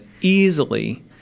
easily